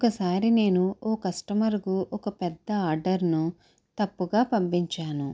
ఒకసారి నేను ఓ కస్టమరుకు ఒక పెద్ద ఆర్డర్ను తప్పుగా పంపించాను